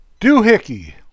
Doohickey